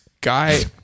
guy